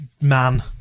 man